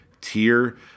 tier